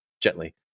gently